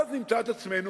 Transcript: ואז נמצא את עצמנו,